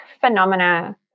phenomena